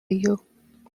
you